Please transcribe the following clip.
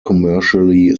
commercially